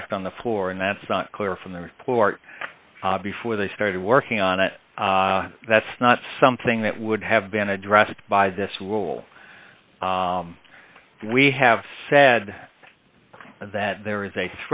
fact on the floor and that's not clear from the report before they started working on it that's not something that would have been addressed by this will we have said that there is a